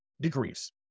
degrees